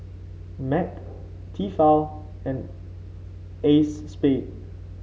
Mac Tefal and Acexspade